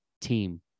team